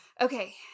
Okay